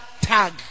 tag